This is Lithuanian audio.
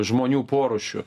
žmonių porūšiu